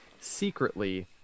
secretly